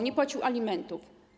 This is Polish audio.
Nie płacił alimentów.